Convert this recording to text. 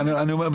אני אומר,